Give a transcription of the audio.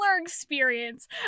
experience